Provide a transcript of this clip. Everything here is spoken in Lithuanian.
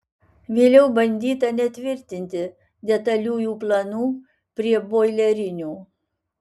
vėliau bandyta netvirtinti detaliųjų planų prie boilerinių